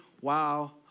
wow